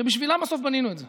שבסוף בשבילם בנינו את זה,